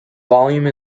volume